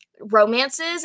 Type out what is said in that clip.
romances